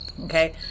Okay